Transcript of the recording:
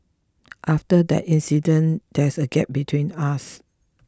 after that incident there's a gap between us